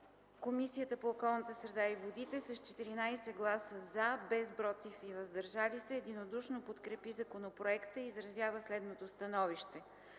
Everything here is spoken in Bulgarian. Комисията по околната среда и водите с 14 гласа „за”, без „против” и „въздържали се” единодушно подкрепи законопроекта и изразява следното становище: